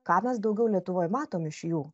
ką mes daugiau lietuvoj matom iš jų